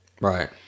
Right